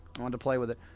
wanted to play with it